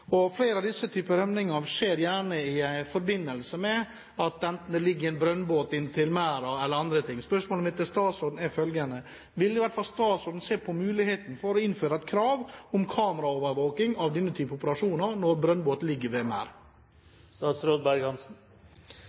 skjer i forbindelse med at det ligger en brønnbåt inntil merden eller annet. Spørsmålet mitt til statsråden er følgende: Vil statsråden se på muligheten for å innføre krav om kameraovervåking av denne type operasjoner, når brønnbåter ligger ved